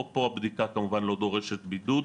פה הבדיקה כמובן לא דורשת בידוד.